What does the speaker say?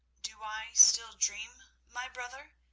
do i still dream, my brother,